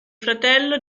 fratello